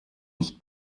nicht